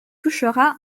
touchera